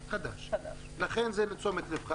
חדש, לכן זה לתשומת לב.